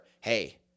hey